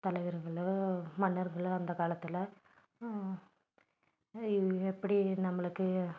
தலைவருங்களோ மன்னர்களோ அந்த காலத்தில் எப்படி நம்மளுக்கு